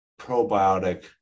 probiotic